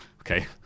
Okay